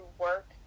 work